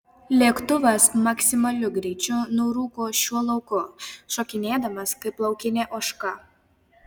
lėktuvas maksimaliu greičiu nurūko šiuo lauku šokinėdamas kaip laukinė ožka